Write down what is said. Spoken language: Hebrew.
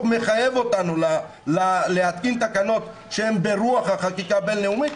מחייב אותנו להתקין תקנות שהן ברוח החקיקה הבין-לאומית.